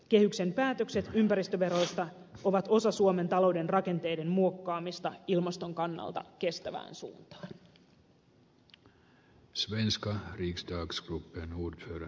kehyksen päätökset ympäristöveroista ovat osa suomen talouden rakenteiden muokkaamista ilmaston kannalta kestävään suuntaan